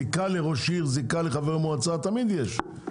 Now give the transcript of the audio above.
זיקה לראש עיר, זיקה לחבר מועצה תמיד יש.